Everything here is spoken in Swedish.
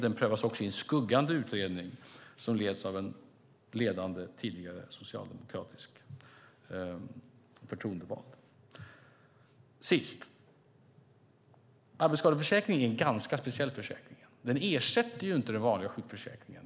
Den prövas också i en skuggande utredning som leds av en ledande tidigare socialdemokratisk förtroendevald. Till sist: Arbetsskadeförsäkringen är en ganska speciell försäkring. Den ersätter inte den vanliga sjukförsäkringen.